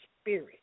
spirit